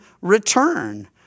return